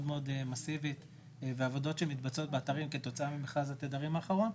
מסיבית ועבודות שמתבצעות באתרים כתוצאה ממכרז התדרים האחרון,